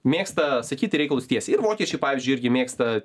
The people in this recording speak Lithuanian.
mėgsta sakyti reikalus tiesiai ir vokiečiai pavyzdžiui irgi mėgsta